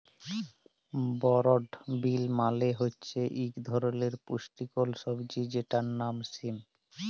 বরড বিল মালে হছে ইক ধরলের পুস্টিকর সবজি যেটর লাম সিম